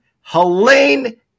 Helene